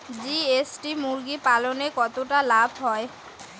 GST মুরগি পালনে কতটা লাভ হয়?